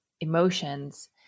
emotions